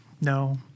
No